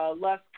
Less